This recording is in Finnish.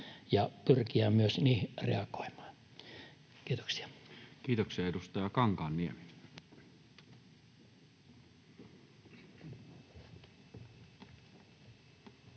ja pyrkiä myös niihin myös reagoimaan. — Kiitoksia. Kiitoksia. — Edustaja Kankaanniemi.